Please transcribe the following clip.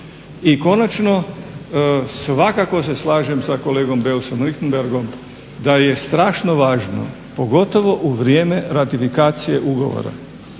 I konačno, svakako se slažem sa kolegom Beusom Richemberghom da je strašno važno, pogotovo u vrijeme ratifikacije ugovora,